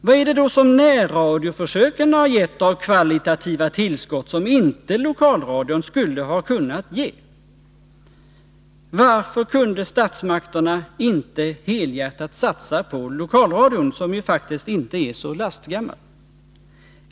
Vad är det som närradioförsöken har gett av kvalitativa tillskott som inte lokalradion hade kunnat ge? Varför kunde statsmakterna inte helhjärtat satsa på lokalradion, som ju faktiskt inte är så lastgammal?